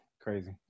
Crazy